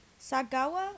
Sagawa